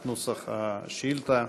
את נוסח השאילתה